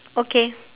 okay